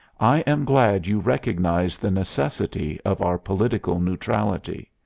i am glad you recognize the necessity of our political neutrality.